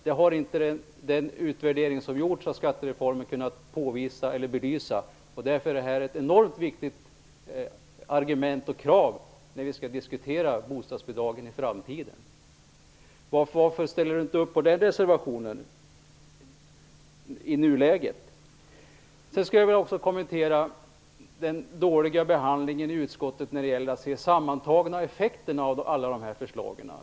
Den utvärdering av skattereformen som har gjorts har inte kunnat påvisa eller belysa det förhållandet. Därför är detta ett enormt viktigt argument och krav när vi skall diskutera bostadsbidragen i framtiden. Varför ställer sig inte Lars Stjernkvist bakom den reservationen i nuläget? Sedan vill jag också kommentera den dåliga behandlingen i utskottet när det gäller de sammantagna effekterna av alla dessa förslag.